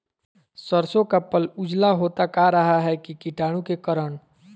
सरसो का पल उजला होता का रहा है की कीटाणु के करण?